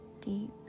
deep